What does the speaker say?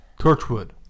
Torchwood